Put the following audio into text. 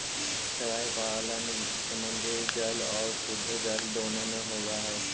शैवाल पालन समुद्री जल आउ शुद्धजल दोनों में होब हई